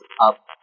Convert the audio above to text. up